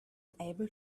able